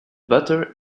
butter